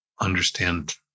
understand